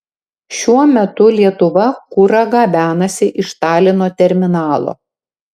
šiuo metu lietuva kurą gabenasi iš talino terminalo